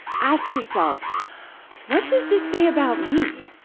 ask yourself what does this say about me?